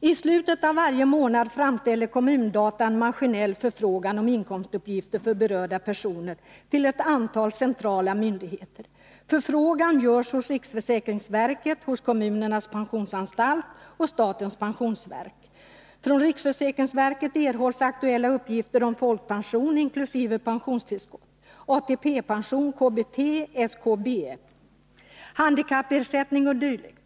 det: ”Islutet av varje månad framställer Kommun-Data en maskinell förfrågan om inkomstuppgifter för berörda personer till ett antal centrala myndigheter. Förfrågan görs hos Riksförsäkringsverket , hos Kommunernas pensionsanstalt och Statens pensionsverk . Från RFV erhålls aktuella uppgifter om folkpension inklusive pensionstillskott, ATP-pension, KBT, SKBF, Handikappersättning och dylikt.